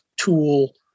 tool